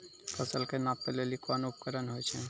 फसल कऽ नापै लेली कोन उपकरण होय छै?